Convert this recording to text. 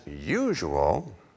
usual